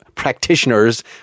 practitioners